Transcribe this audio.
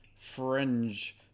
fringe